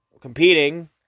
competing